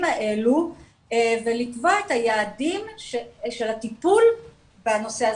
האלה ולקבוע את יעדי הטיפול בנושא.